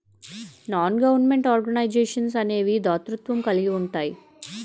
non government organisations అనేవి దాతృత్వం కలిగి ఉంటాయి